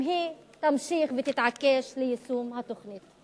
היא תמשיך ותתעקש על יישום התוכנית.